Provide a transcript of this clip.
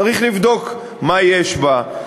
צריך לבדוק מה יש בה,